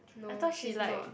no she's not